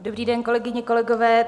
Dobrý den, kolegyně, kolegové.